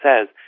says